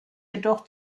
jedoch